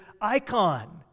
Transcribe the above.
icon